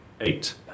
Eight